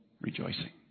rejoicing